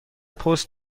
پست